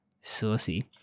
Saucy